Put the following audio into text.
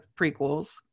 prequels